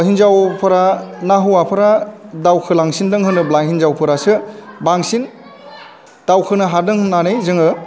हिन्जावफोरा ना हौवाफोरा दावखोलांसिनदों होनोब्ला हिन्जावफोरासो बांसिन दावखोनो हादों होननानै जोङो